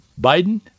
Biden